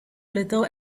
little